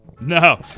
No